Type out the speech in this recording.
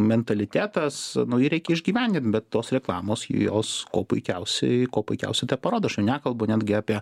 mentalitetas nu jį reikia išgyvendint bet tos reklamos jos ko puikiausiai kuo puikiausiai tą parodo aš jau nekalbu netgi apie